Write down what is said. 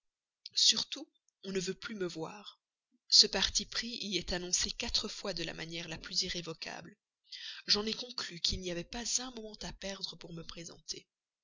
surtout on ne veut plus me voir ce parti pris y est annoncé répété quatre fois de la manière la plus irrévocable j'en ai conclu qu'il n'y avait pas un moment à perdre pour me présenter